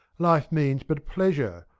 life means but pleasure,